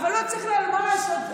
אבל מה לעשות,